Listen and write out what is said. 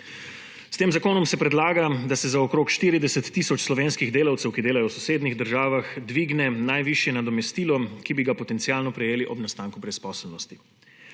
S tem zakonom se predlaga, da se za okrog 40 tisoč slovenskih delavcev, ki delajo v sosednjih državah, dvigne najvišje nadomestilo, ki bi ga potencialno prejeli ob nastanku brezposelnosti.